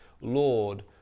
Lord